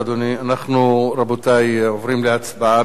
רבותי, אנחנו עוברים להצבעה בקריאה שנייה